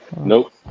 Nope